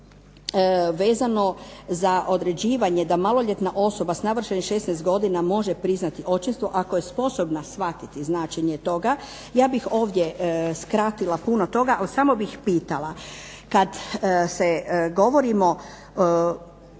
vezano za određivanje da maloljetna osoba s navršenih 16 godina može priznati očinstvo ako je sposobna shvatiti značenje toga, ja bih ovdje skratila puno toga ali samo bih pitala. Kad govorimo,